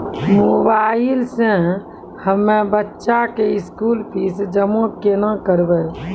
Mobile से हम्मय बच्चा के स्कूल फीस जमा केना करबै?